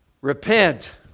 repent